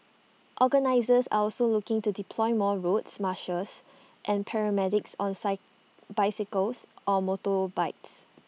organisers are also looking to deploy more route marshals and paramedics on bicycles or motorbikes